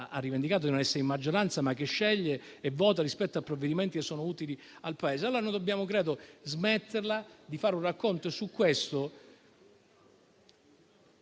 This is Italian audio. rivendicato di non essere in maggioranza e sceglie e vota rispetto ai singoli provvedimenti che sono utili al Paese. Credo che dobbiamo smetterla di fare un racconto di quel